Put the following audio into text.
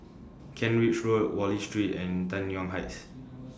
Kent Ridge Road Wallich Street and Tai Yuan Heights